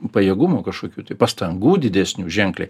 pajėgumų kažkokių tai pastangų didesnių ženkliai